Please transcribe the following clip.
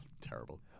terrible